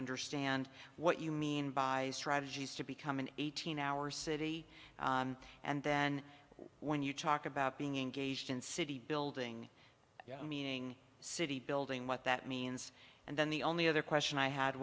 understand what you mean by strategies to become an eighteen hour city and then when you talk about being engaged in city building meaning city building what that means and then the only other question i had